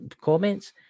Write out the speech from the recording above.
comments